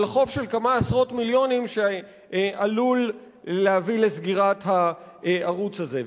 על חוב של כמה עשרות מיליונים שעלול להביא לסגירת הערוץ הזה.